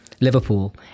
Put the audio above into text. Liverpool